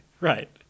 right